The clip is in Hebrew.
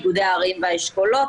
איגודי ערים והאשכולות.